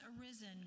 arisen